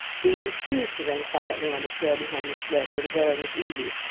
dave refused to run quietly on the trail behind the sled, where the going was easy,